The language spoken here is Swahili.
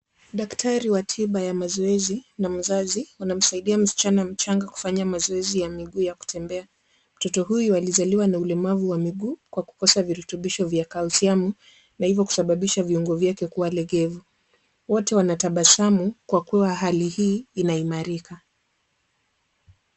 Daktari wa tiba ya mazoezi na mzazi wanamsaidia msichana mchanga kufanya mazoezi ya miguu ya kutembea. Mtoto huyu alizaliwa na ulemavu wa miguu kwa kukosa virutubisho vya kalsiamu na hivyo kusababisha viungo vyake kuwa legevu. Wote wanatabasamu kwa kuwa hali hii inaimarika.